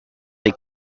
les